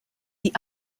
die